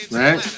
right